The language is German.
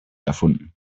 erfunden